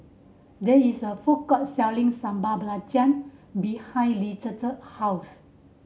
there is a food court selling Sambal Belacan behind Lizette house